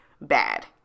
bad